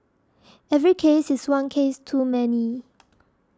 every case is one case too many